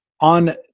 on